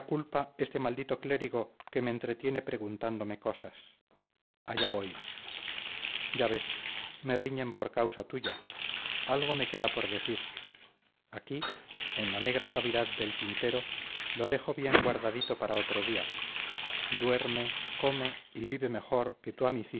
este maldito clérigo que me entretiene preguntándome cosas allá voy ya ves me riñen por causa tuya algo me queda por decir aquí en la negra cavidad del tintero lo dejo bien guardadito para otro día duerme come y vive mejor que tu